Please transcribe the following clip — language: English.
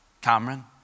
Cameron